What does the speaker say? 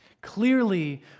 Clearly